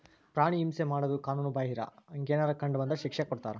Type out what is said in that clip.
ಪ್ರಾಣಿ ಹಿಂಸೆ ಮಾಡುದು ಕಾನುನು ಬಾಹಿರ, ಹಂಗೆನರ ಕಂಡ ಬಂದ್ರ ಶಿಕ್ಷೆ ಕೊಡ್ತಾರ